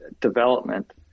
development